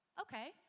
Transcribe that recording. okay